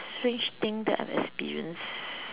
strange thing that I've experienced